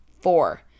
Four